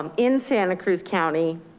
um in santa cruz county